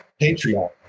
Patreon